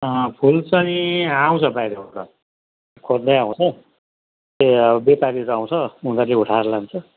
फुल चाहिँ आउँछ बाहिरबाट खोज्दै आउँछ त्यही अब व्यापारीहरू आउँछ उनीहरूले उठाएर लान्छ